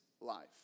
life